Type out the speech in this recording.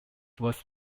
was